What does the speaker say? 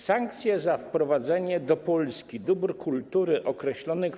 Sankcje za wprowadzenie do Polski dóbr kultury określonych w